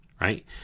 right